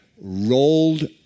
rolled